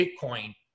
Bitcoin